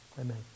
amen